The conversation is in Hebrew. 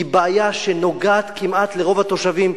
מבעיה שנוגעת כמעט לרוב התושבים,